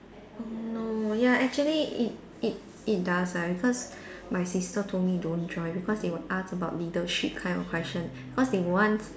um no ya actually it it it does lah because my sister told me don't join because they will ask about leadership kind of question cause they wants